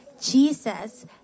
Jesus